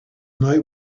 night